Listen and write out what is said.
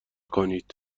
کنید